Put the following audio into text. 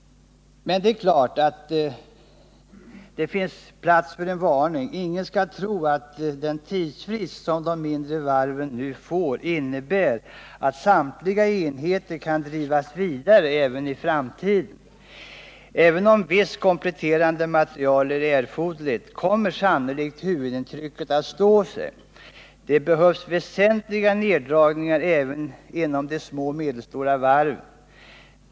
Men det är klart att det finns plats för en varning. Ingen skall tro att den tidsfrist som de mindre varven nu får innebär att samtliga enheter kan drivas vidare även i framtiden. Även om visst kompletterande material är erforderligt, kommer huvudintrycket sannolikt att stå sig. Det behövs väsentliga neddragningar även inom de små och medelstora varven.